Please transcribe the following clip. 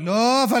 לא צריך, תקשיב.